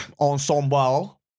Ensemble